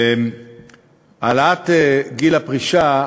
העלאת גיל הפרישה,